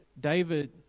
David